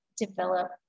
develop